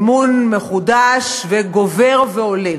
אמון מחודש וגובר והולך.